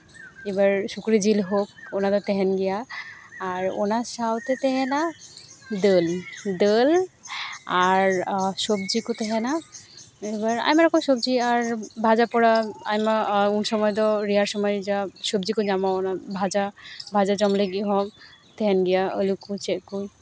ᱮᱵᱟᱨ ᱥᱩᱠᱨᱤ ᱡᱤᱞ ᱦᱳᱠ ᱚᱱᱟ ᱫᱚ ᱛᱟᱦᱮᱱ ᱜᱮᱭᱟ ᱟᱨ ᱚᱱᱟ ᱥᱟᱶᱛᱮ ᱛᱟᱦᱮᱱᱟ ᱫᱟᱹᱞ ᱫᱟᱹᱞ ᱟᱨ ᱥᱚᱵᱽᱡᱤ ᱠᱚ ᱛᱟᱦᱮᱱᱟ ᱮᱵᱟᱨ ᱟᱭᱢᱟ ᱨᱚᱠᱚᱢ ᱥᱚᱵᱽᱡᱤ ᱟᱨ ᱵᱷᱟᱡᱟ ᱯᱳᱲᱟ ᱩᱱ ᱥᱚᱢᱚᱭ ᱨᱮᱭᱟᱲ ᱥᱚᱢᱚᱭ ᱡᱟ ᱥᱚᱵᱽᱡᱤ ᱠᱚ ᱧᱟᱢᱚᱜ ᱚᱱᱟ ᱵᱷᱟᱡᱟ ᱵᱷᱟᱡᱟ ᱡᱚᱢ ᱞᱟᱹᱜᱤᱫ ᱦᱚᱸ ᱛᱟᱦᱮᱱ ᱜᱮᱭᱟ ᱟᱹᱞᱩ ᱠᱚ ᱪᱮᱫ ᱠᱚ